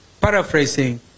Paraphrasing